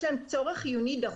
אנחנו ממעטים ומצמצמים את זה.